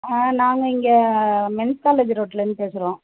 ஆ நாங்கள் இங்கே men's college ரோட்லேருந்து பேசுகிறோம்